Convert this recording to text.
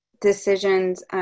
decisions